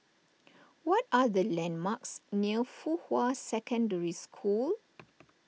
what are the landmarks near Fuhua Secondary School